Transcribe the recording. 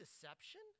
deception